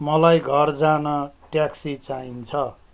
मलाई घर जान ट्याक्सी चाहिन्छ